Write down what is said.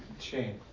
chain